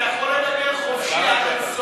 אתה יכול לדבר חופשי עד אין-סוף.